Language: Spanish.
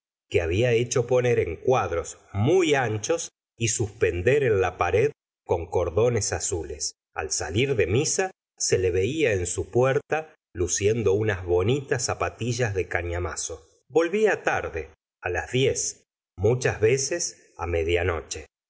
que había hecho poner en cuadros muy anchos y suspender en la pared con cordones azules al salir de misa se le veía en su puerta luciendo unas bonitas zapatillas de cañamazo volvía tarde las diez muchas veces